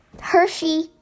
Hershey